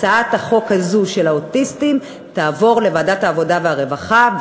הצעת החוק הזאת לגבי האוטיסטים תעבור לוועדת העבודה והרווחה,